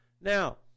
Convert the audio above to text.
Now